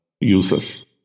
uses